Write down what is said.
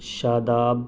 شاداب